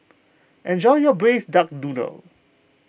enjoy your Braised Duck Noodle